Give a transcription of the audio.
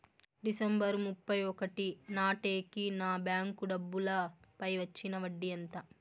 December ముప్పై ఒకటి నాటేకి నా బ్యాంకు డబ్బుల పై వచ్చిన వడ్డీ ఎంత?